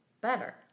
better